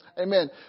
Amen